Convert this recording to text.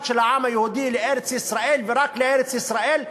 של העם היהודי לארץ-ישראל ורק לארץ-ישראל.